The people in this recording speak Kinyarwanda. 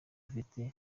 afite